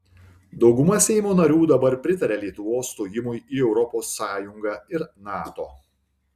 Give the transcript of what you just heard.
dauguma seimo narių dabar pritaria lietuvos stojimui į europos sąjungą ir nato